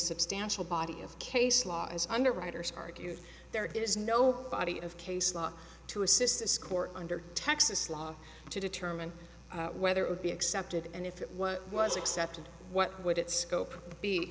substantial body of case law as underwriters argued there is no body of case law to assist this court under texas law to determine whether it would be accepted and if it was accepted what would its scope be